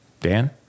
Dan